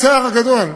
לצער הגדול,